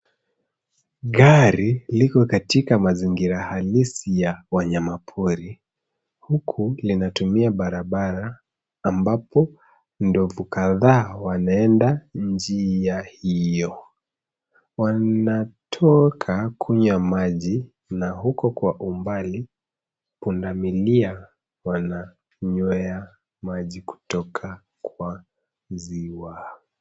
Gari liko katima mazingira halisi ya wanyamapori huku linatumia barabara ambapo ndovu kadhaa wanaenda njia hiyo. Wanatoka kunywa maji na huko kwa umbali punda milia wananywea maji kutoka kwa ziwa.